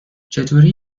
چطوری